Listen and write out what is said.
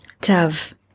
Tav